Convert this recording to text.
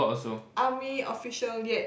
army official yet